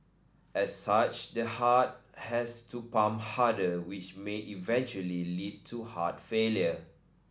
as such the heart has to pump harder which may eventually lead to heart failure